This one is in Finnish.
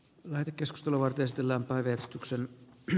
lähetekeskustelua testillä päivystyksen pe